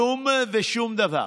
כלום ושום דבר.